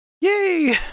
yay